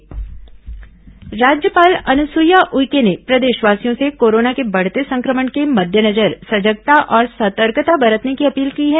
राज्यपाल अपील राज्यपाल अनुसुईया उइके ने प्रदेशवासियों से कोरोना के बढ़ते संक्रमण के मद्देनजर सजगता और सतर्कता बरतने की अपील की है